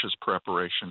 preparation